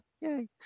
yay